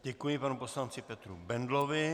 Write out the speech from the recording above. Děkuji panu poslanci Petru Bendlovi.